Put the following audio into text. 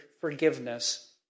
forgiveness